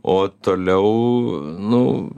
o toliau nu